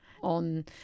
on